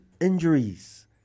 injuries